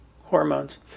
hormones